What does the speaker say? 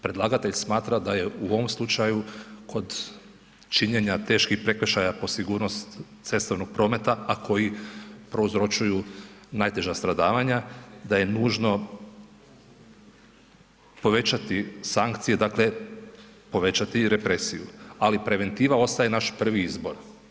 Predlagatelj smatra da je u ovom slučaju kod činjenja teških prekršaja po sigurnost cestovnog prometa, a koji prouzročuju najteža stradavanja, da je nužno povećati sankcije, dakle povećati i represiju, ali preventiva ostaje naš prvi izbor.